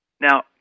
Now